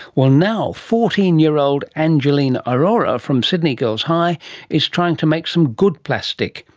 well, now fourteen year old angelina arora from sydney girls high is trying to make some good plastic,